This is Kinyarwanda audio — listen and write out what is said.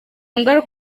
ngaruka